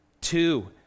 Two